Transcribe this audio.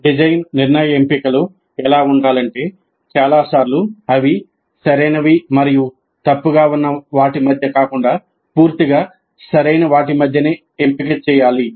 design నిర్ణయ ఎంపికలు ఎలా చేయాలంటే చాలా సార్లు అవి సరైనవి మరియు తప్పుగా ఉన్న వాటి మధ్య కాకుండా పూర్తిగా సరైన వాటిమధ్య నే ఎంపిక చేయాలి